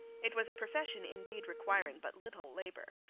it was a profession indeed requiring but little labour,